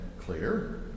clear